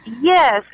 Yes